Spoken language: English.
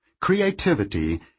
Creativity